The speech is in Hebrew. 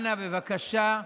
אנא, בבקשה,